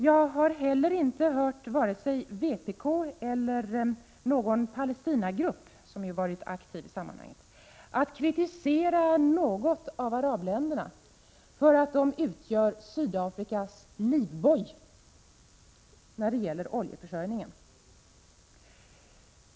Jag har heller inte hört vare sig vpk eller någon Palestinagrupp, som ju varit aktiva i sammanhanget, kritisera något av arabländerna för att de utgör Sydafrikas livboj när det gäller oljeförsörjning.